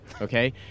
okay